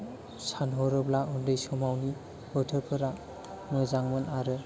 सानहरोब्ला उन्दै समाव बोथोरफोरा मोजांमोन आरो